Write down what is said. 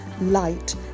light